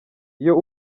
iyo